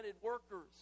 workers